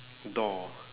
doll